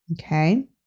Okay